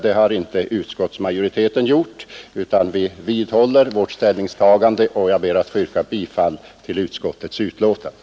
Det har inte utskottsmajoriteten gjort, utan vi står fast vid vårt ställningstagande, och jag ber att få yrka bifall till utskottets hemställan.